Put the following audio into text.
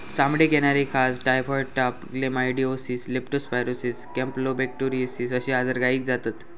चामडीक येणारी खाज, टायफॉइड ताप, क्लेमायडीओसिस, लेप्टो स्पायरोसिस, कॅम्पलोबेक्टोरोसिस अश्ये आजार गायीक जातत